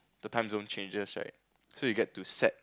the time zone changes right so you get to set